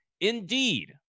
indeed